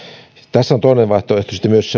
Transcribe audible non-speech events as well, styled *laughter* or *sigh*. tämä on toinen vaihtoehto sitten myös *unintelligible*